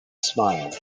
smile